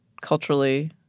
Culturally